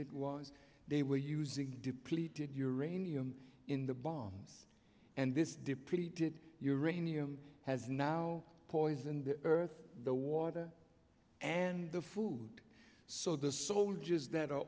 it was they were using depleted uranium in the bombs and this depleted uranium has now poisoned the earth the water and the food so the soldiers that are